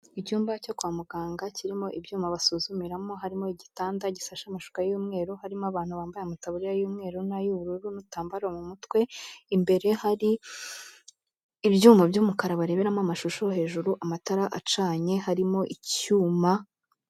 Icyumba cyo kwa muganga, kirimo ibyuma basuzumiramo, harimo igitanda gisasheho amashuka y'umweru, harimo abantu bambaye amataburiya y'umweru n'ay'ubururu, ibitambaro mu mutwe, imbere hari ibyuma by'umukara bareberamo amashusho, hejuru amatara acanye, harimo icyuma.